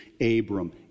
Abram